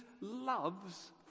loves